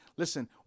Listen